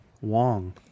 wong